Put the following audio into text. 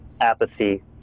apathy